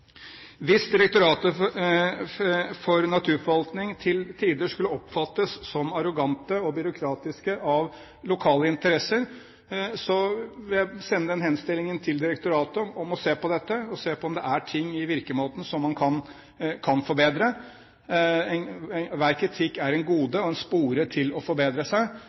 Hvis Direktoratet for naturforvaltning til tider skulle oppfattes av lokale interesser som arrogante og byråkratiske, vil jeg sende en henstilling til direktoratet om å se på dette, se på om det er ting i virkemåten som man kan forbedre. Hver kritikk er et gode og en spore til å forbedre seg,